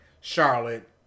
Charlotte